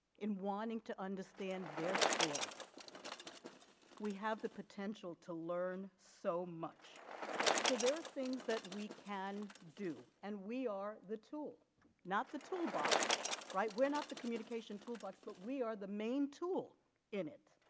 in wanting to understand their story we have the potential to learn so much so there are things that we can do and we are the tool not the tool box right we're not the communication tool box but we are the main tool in it